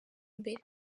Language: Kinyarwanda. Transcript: mbere